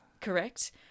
Correct